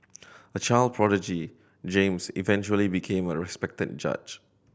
a child prodigy James eventually became a respected judge